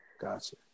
gotcha